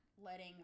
letting